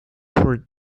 for